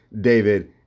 David